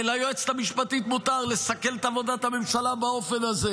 ליועצת המשפטית מותר לסכל את עבודת הממשלה באופן הזה,